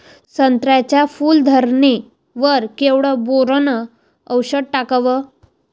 संत्र्याच्या फूल धरणे वर केवढं बोरोंन औषध टाकावं?